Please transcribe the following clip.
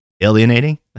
alienating